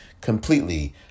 completely